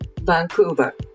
Vancouver